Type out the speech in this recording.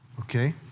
Okay